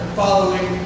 following